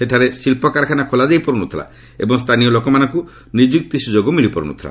ସେଠାରେ ଶିଳ୍ପକାରଖାନା ଖୋଲାଯାଇ ପାରୁନଥିଲା ଏବଂ ସ୍ଥାନୀୟ ଲୋକମାନଙ୍କୁ ନିଯୁକ୍ତି ସୁଯୋଗ ମିଳୁପାରୁ ନଥିଲା